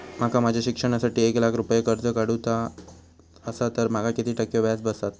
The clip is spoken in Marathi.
माका माझ्या शिक्षणासाठी एक लाख रुपये कर्ज काढू चा असा तर माका किती टक्के व्याज बसात?